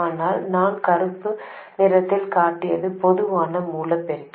ஆனால் நான் கருப்பு நிறத்தில் காட்டியது பொதுவான மூல பெருக்கி